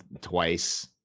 twice